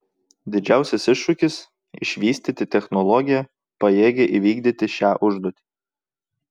didžiausias iššūkis išvystyti technologiją pajėgią įvykdyti šią užduotį